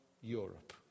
Europe